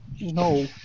No